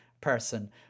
person